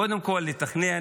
קודם כול לתכנן,